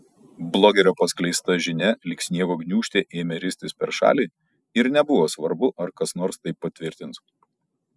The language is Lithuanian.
blogerio paskleista žinia lyg sniego gniūžtė ėmė ristis per šalį ir nebuvo svarbu ar kas nors tai patvirtins